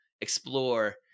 explore